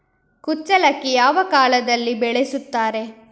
ಕುಚ್ಚಲಕ್ಕಿ ಯಾವ ಕಾಲದಲ್ಲಿ ಬೆಳೆಸುತ್ತಾರೆ?